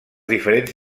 diferents